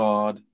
God